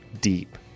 deep